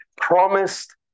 promised